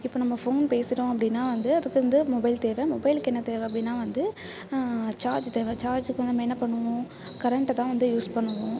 இப்போ நம்ம ஃபோன் பேசுகிறோம் அப்படின்னா வந்து அதுக்கு வந்து மொபைல் தேவை மொபைலுக்கு என்ன தேவை அப்படின்னா வந்து சார்ஜ் தேவை சார்ஜுக்கு வந்து நம்ம என்ன பண்ணுவோம் கரெண்ட்டு தான் வந்து யூஸ் பண்ணுவோம்